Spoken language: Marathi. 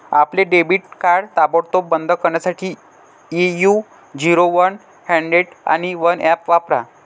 आपले डेबिट कार्ड ताबडतोब बंद करण्यासाठी ए.यू झिरो वन हंड्रेड आणि वन ऍप वापरा